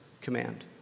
command